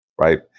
Right